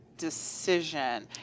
Decision